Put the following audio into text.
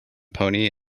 pony